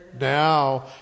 Now